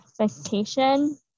expectation